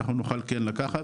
אנחנו נוכל כן לקחת,